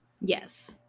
yes